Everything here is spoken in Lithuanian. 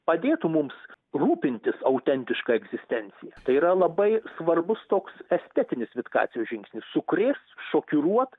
padėtų mums rūpintis autentiška egzistencija tai yra labai svarbus toks estetinis vitkacio žingsnis sukrėst šokiruot